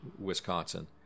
Wisconsin